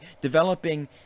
developing